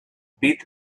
pit